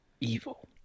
Evil